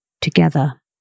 together